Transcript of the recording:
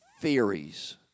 theories